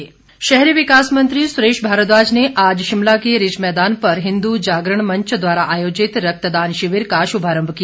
रक्तदान शिविर शहरी विकास मंत्री सुरेश भारद्वाज ने आज शिमला के रिज मैदान पर हिन्दू जागरण मंच द्वारा आयोजित रक्तदान शिविर का शुभारम्भ किया